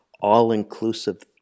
all-inclusive